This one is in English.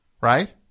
Right